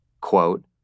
Quote